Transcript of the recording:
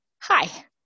Hi